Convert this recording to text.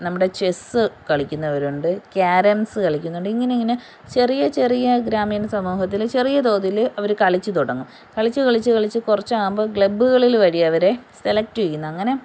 നമ്മുടെ ചെസ്സ് കളിക്കുന്നവരുണ്ട് ക്യാരംസ് കളിക്കുന്നുണ്ട് ഇങ്ങനെ ഇങ്ങനെ ചെറിയ ചെറിയ ഗ്രാമീണ സമൂഹത്തിൽ ചെറിയ തോതിൽ അവർ കളിച്ചു തുടങ്ങും കളിച്ച് കളിച്ച് കളിച്ച് കുറച്ചാവുമ്പോൾ ക്ലബ്ബുകളിൽ വഴി അവരെ സെലക്ട് ചെയ്യുന്നു അങ്ങനെ